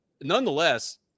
Nonetheless